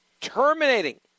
terminating